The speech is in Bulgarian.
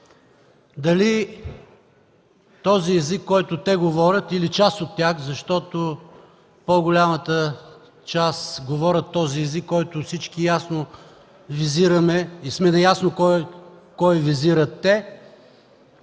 Дали този език, който те говорят, или част от тях, защото по-голямата част говорят този език, който всички ясно визираме и сме наясно кое визират те,